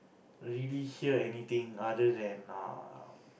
really hear anything other than err